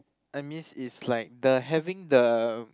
I miss is like the having the